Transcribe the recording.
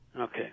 okay